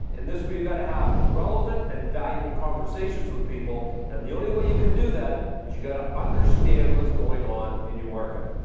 and this is where you gotta have relevant and valuable conversations with people. and the only way you can do that, is you've got to understand what's going on in your market.